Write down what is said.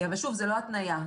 ושוב, זו לא התניה.